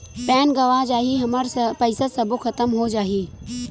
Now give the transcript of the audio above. Pan गंवा जाही हमर पईसा सबो खतम हो जाही?